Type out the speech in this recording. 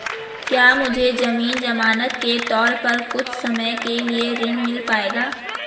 क्या मुझे ज़मीन ज़मानत के तौर पर कुछ समय के लिए ऋण मिल पाएगा?